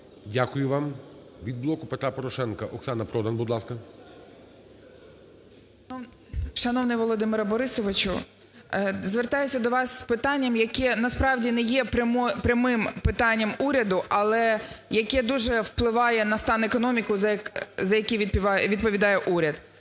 Дякую вам. Від "Блоку Петра Порошенка – Оксана Продан. Будь ласка. 10:22:48 ПРОДАН О.П. Шановний Володимире Борисовичу, звертаюсь до вас з питанням, яке насправді не є прямим питанням уряду, але яке дуже впливає на стан економіки, за яку відповідає уряд.